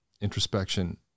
introspection